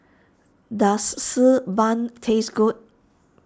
does Xi Ban taste good